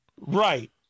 Right